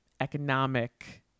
economic